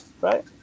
right